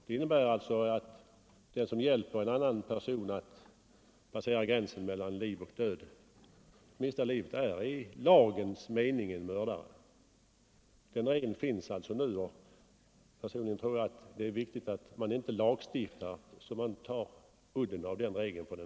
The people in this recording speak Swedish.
Det innebär också att den som hjälper en annan person att passera gränsen mellan liv och död är i lagens mening en mördare. Den regeln finns alltså nu, och personligen tror jag att det är viktigt att man inte lagstiftar så att man tar udden av den regeln.